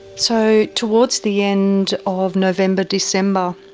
so towards the end of november, december,